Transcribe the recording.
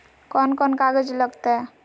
कौन कौन कागज लग तय?